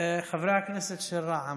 חברי הכנסת של רע"מ.